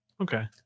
okay